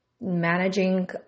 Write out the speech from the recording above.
managing